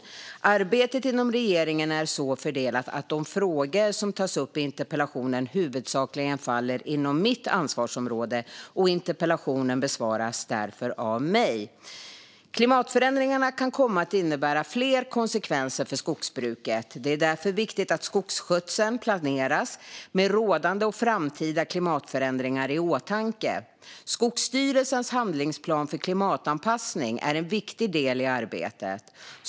Arbetet inom regeringen är så fördelat att de frågor som tas upp i interpellationen huvudsakligen faller inom mitt ansvarsområde, och interpellationen besvaras därför av mig. Klimatförändringarna kan komma att innebära fler konsekvenser för skogsbruket. Det är därför viktigt att skogsskötseln planeras med rådande och framtida klimatförändringar i åtanke. Skogsstyrelsens handlingsplan för klimatanpassning är en viktig del i arbetet.